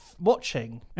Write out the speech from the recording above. watching